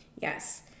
yes